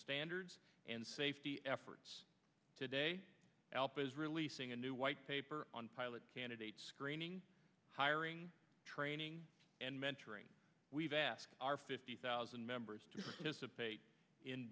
standards and safety efforts today help is releasing a new white paper on pilot candidate screening hiring training and mentoring we've asked our fifty thousand members to dissipate in